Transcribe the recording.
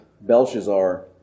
Belshazzar